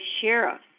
sheriff